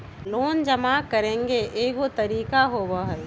Loan जमा करेंगे एगो तारीक होबहई?